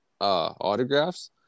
autographs